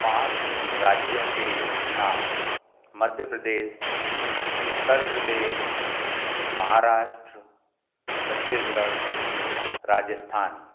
पाँच राज्यों के नाम मध्य प्रदेश उत्तर प्रदेश महाराष्ट्र छत्तीसगढ़ राजस्थान